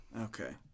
Okay